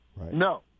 No